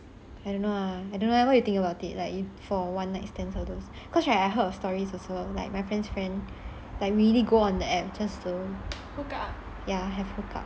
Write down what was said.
ya I don't know ah I don't leh what you think about it like it for one night stands all those cause I heard of stories also like my friend's friend like really go on the app just to ya have hook up